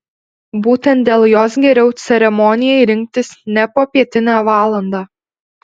būtent dėl jos geriau ceremonijai rinktis ne popietinę valandą